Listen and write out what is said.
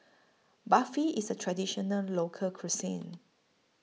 Barfi IS A Traditional Local Cuisine